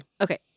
Okay